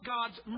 God's